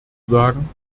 sagen